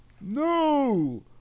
No